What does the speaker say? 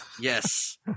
Yes